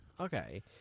Okay